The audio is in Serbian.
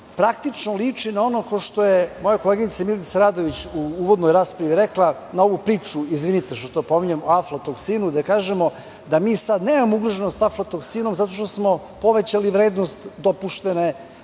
praktično liči na ono što je moja koleginica Milica Radović u uvodnoj raspravi rekla, na onu priču, izvinite što to pominjem, o aflatoksinu, gde kažemo da mi sada nemamo ugroženost aflatoksinom zato što smo povećali vrednost i